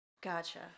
Gotcha